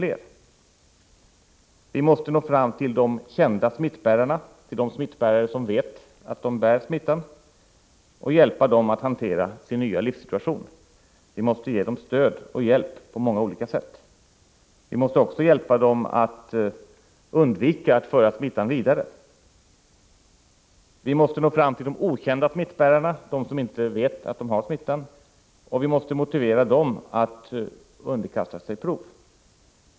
Vi måste nå fram till de kända smittbärarna, smittbärare som vet att de bär på smitta. Vi måste ge dem stöd och hjälp på många olika sätt. Vi måste också hjälpa dem att leva så, att de kan undvika att föra smittan vidare. Vi måste också nå fram till de människor som inte vet med sig att de är smittade. Vi måste hjälpa dem, så att de blir motiverade att underkasta sig prover.